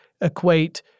equate